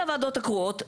אז מכל הוועדות הקרואות,